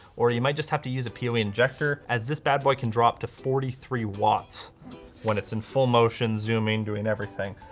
or you might just have to use a poe injector as this bad boy can drop to forty three watts when it's in full motion, zooming doing everything.